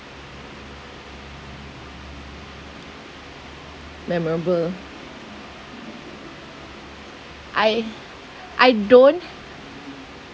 memorable I I don't